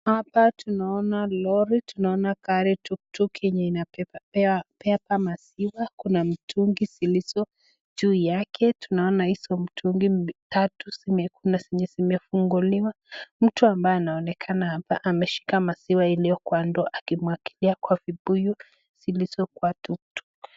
Hapa tunaona lori, tunaona gari, tuktuk yenye inabeba maziwa. Kuna mitungi zilizo juu yake, tunaona hizo mitungi ni tatu na zenye zimefunguliwa. Mtu ambaye anaonekana hapa ameshika maziwa iliyo kwa ndoo akimwagilia kwa vibuyu zilizo kwa tuktuk.